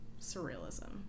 surrealism